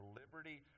liberty